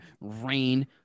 rain